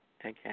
Okay